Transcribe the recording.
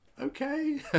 Okay